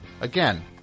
Again